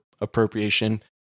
appropriation